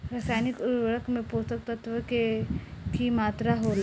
रसायनिक उर्वरक में पोषक तत्व के की मात्रा होला?